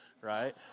right